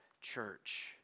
church